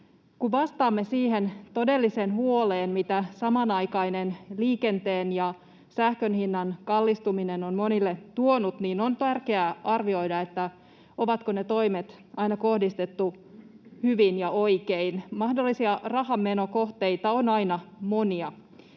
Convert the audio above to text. Kun vastaamme siihen todelliseen huoleen, mitä samanaikainen liikenteen ja sähkönhinnan kallistuminen on monille tuonut, niin on tärkeää arvioida, onko ne toimet aina kohdistettu hyvin ja oikein — mahdollisia rahanmenokohteita on aina monia.